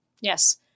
Yes